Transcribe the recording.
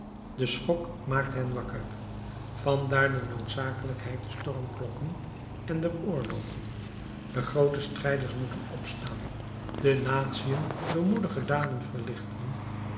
de schok maakt hen wakker vandaar de noodzakelijkheid der stormklokken en der oorlogen de groote strijders moeten opstaan de natiën door moedige daden verlichten